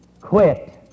quit